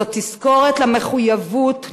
זאת תזכורת למחויבות,